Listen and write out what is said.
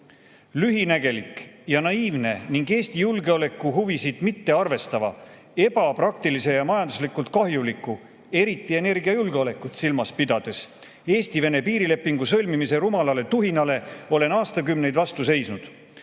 Lühinägelikule ja naiivsele ning Eesti julgeolekuhuvisid mitte arvestava, ebapraktilise ja majanduslikult kahjuliku – eriti energiajulgeolekut silmas pidades – Eesti-Vene piirilepingu sõlmimise rumalale tuhinale olen aastakümneid vastu seisnud.